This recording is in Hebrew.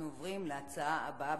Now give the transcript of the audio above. נעבור לנושא הבא: